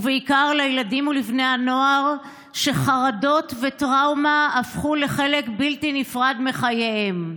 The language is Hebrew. ובעיקר לילדים ולבני הנוער שחרדות וטראומה הפכו לחלק בלתי נפרד מחייהם,